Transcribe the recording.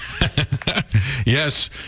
Yes